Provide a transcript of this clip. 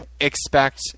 expect